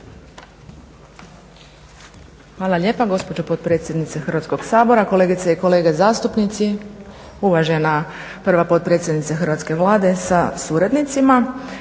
Hvala lijepa gospođo potpredsjednice Hrvatskog sabora, kolegice i kolege zastupnici, uvažena prva potpredsjednice hrvatske Vlade sa suradnicima.